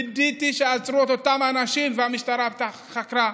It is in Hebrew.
וידאתי שעצרו את אותם אנשים והמשטרה חקרה.